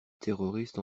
terroristes